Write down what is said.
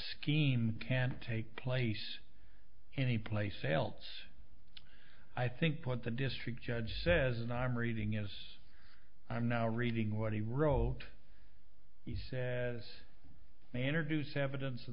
scheme can't take place anyplace else i think put the district judge says and i'm reading as i'm now reading what he wrote he says manner duce evidence of